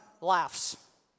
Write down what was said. laughs